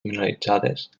minoritzades